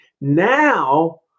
Now